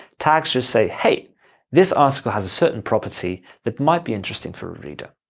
tags just say hey this article has a certain property that might be interesting for a reader.